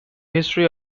history